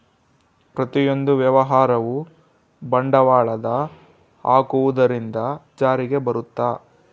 ಪ್ರತಿಯೊಂದು ವ್ಯವಹಾರವು ಬಂಡವಾಳದ ಹಾಕುವುದರಿಂದ ಜಾರಿಗೆ ಬರುತ್ತ